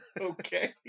Okay